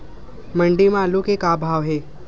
मंडी म आलू के का भाव हे?